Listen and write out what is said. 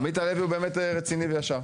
עמית הלוי הוא באמת רציני וישר,